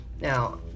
Now